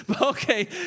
Okay